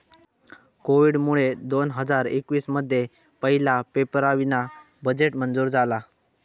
कोविडमुळे दोन हजार एकवीस मध्ये पहिला पेपरावीना बजेट मंजूर झाला